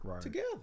together